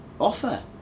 offer